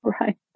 right